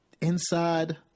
inside –